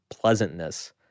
pleasantness